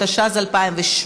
התשע"ז 2017,